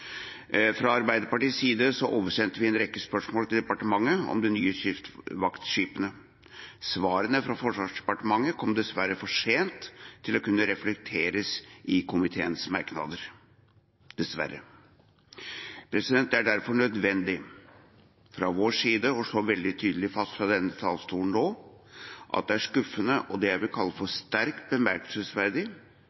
Fra Arbeiderpartiets side oversendte vi en rekke spørsmål til departementet om de nye kystvaktskipene. Svarene fra Forsvarsdepartementet kom dessverre for sent til å kunne reflekteres i komiteens merknader. Det er derfor nødvendig fra vår side nå å slå veldig tydelig fast fra denne talerstolen at det er skuffende og det jeg vil kalle sterkt bemerkelsesverdig, å konstatere at forsvarsministeren har valgt å la kontrakten for